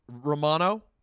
Romano